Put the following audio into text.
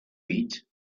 eat